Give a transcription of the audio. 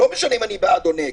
לא משנה אם אני בעד אן נגד.